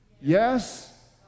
Yes